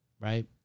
Right